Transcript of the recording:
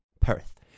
Perth